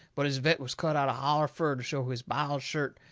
but his vest was cut out holler fur to show his biled shirt,